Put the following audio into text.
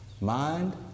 mind